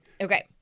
Okay